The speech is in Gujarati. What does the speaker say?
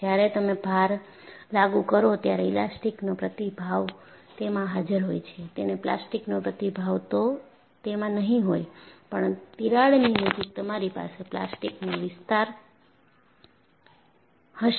જ્યારે તમે ભાર લાગુ કરો ત્યારે ઈલાસ્ટીકનો પ્રતિભાવ તેમાં હાજર હોય છે તેને પ્લાસ્ટિક નો પ્રતિભાવ તો તેમાં નહીં હોય પણ તિરાડની નજીક તમારી પાસે પ્લાસ્ટિકનો વિસ્તાર હશે